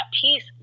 peace